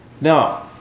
Now